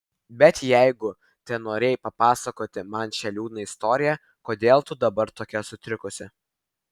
bet jeigu tenorėjai papasakoti man šią liūdną istoriją kodėl tu dabar tokia sutrikusi